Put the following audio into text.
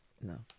No